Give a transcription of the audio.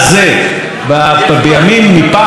היית כבר אז דמות בליכוד,